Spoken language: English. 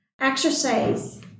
Exercise